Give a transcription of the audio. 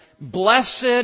Blessed